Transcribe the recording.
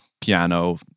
piano